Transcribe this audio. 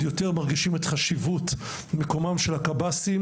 יותר מרגישים את חשיבות מקומם של הקב"סים.